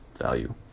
value